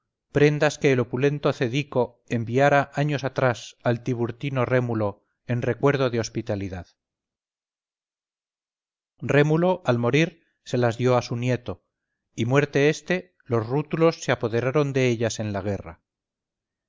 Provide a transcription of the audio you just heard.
prendas que el opulento cedico enviara años atrás al tiburtino rémulo en recuerdo de hospitalidad rémulo al morir se las dio a su nieto y muerto este los rútulos se apoderaron de ellas en la guerra